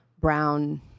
brown